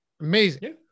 Amazing